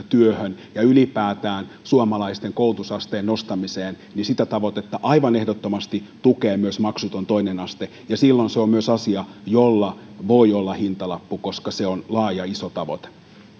työhön ja ylipäätään suomalaisten koulutusasteen nostamiseen ja sitä tavoitetta aivan ehdottomasti tukee myös maksuton toinen aste ja silloin se on myös asia jolla voi olla hintalappu koska se on laaja iso tavoite